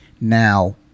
Now